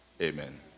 Amen